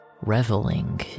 reveling